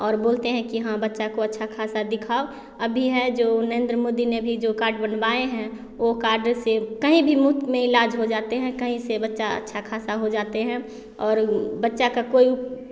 और बोलते हैं कि हाँ बच्चा को अच्छा ख़ासा दिखाओ अभी है जो नरेंद्र मोदी ने भी जो कार्ड बनवाए हैं वो कार्ड से कहीं भी मुफ़्त में इलाज हो जाते हैं कहीं से बच्चा अच्छा ख़ासा हो जाते हैं और बच्चा का कोई